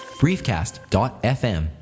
briefcast.fm